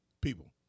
people